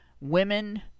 Women